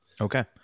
okay